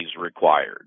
required